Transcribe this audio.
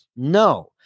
No